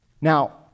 Now